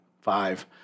five